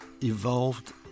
evolved